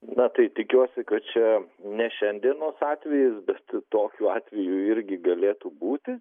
na tai tikiuosi kad čia ne šiandienos atvejis bet tokiu atveju irgi galėtų būti